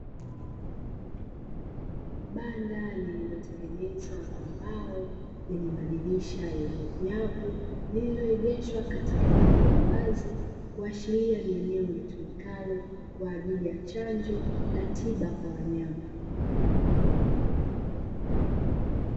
Banda lililotengenzwa kwa mbao lenye madirisha yenye nyavu lililoegeshwa katika eneo la wazi kuashiria ni eneo litumikalo kwa ajili ya chanjo na tiba kwa wanyama.